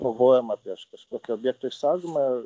kovojama prieš kažkokio objekto išsaugojimą